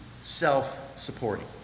self-supporting